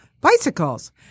Bicycles